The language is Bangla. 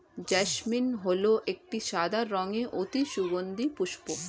জেসমিন হল একটি সাদা রঙের অতি সুগন্ধি পুষ্প